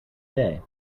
day